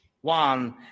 one